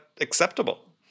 acceptable